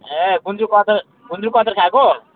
ए गुन्द्रुकको अचार गुन्द्रुकको अचार खाएको